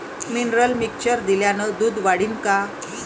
Mineral mixture दिल्यानं दूध वाढीनं का?